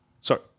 Sorry